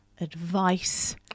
advice